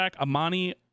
Amani